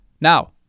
Now